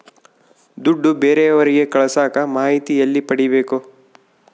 ದುಡ್ಡು ಬೇರೆಯವರಿಗೆ ಕಳಸಾಕ ಮಾಹಿತಿ ಎಲ್ಲಿ ಪಡೆಯಬೇಕು?